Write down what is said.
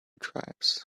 tribes